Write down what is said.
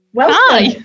Hi